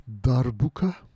Darbuka